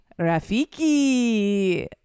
Rafiki